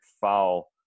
foul